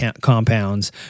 compounds